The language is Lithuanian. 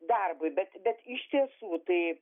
darbui bet bet iš tiesų tai